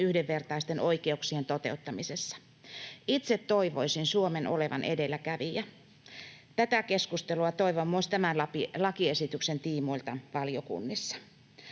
yhdenvertaisten oikeuksien toteuttamisessa. Itse toivoisin Suomen olevan edelläkävijä. Tätä keskustelua toivon myös tämän lakiesityksen tiimoilta valiokunnissa.